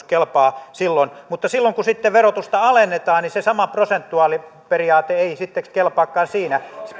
kelpaa silloin mutta silloin kun verotusta alennetaan se sama prosentuaaliperiaate ei sitten kelpaakaan siinä